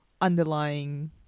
underlying